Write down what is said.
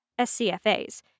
SCFAs